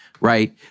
right